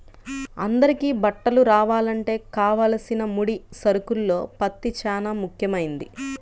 అందరికీ బట్టలు రావాలంటే కావలసిన ముడి సరుకుల్లో పత్తి చానా ముఖ్యమైంది